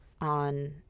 on